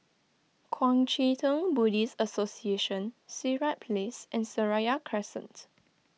Kuang Chee Tng Buddhist Association Sirat Place and Seraya Crescent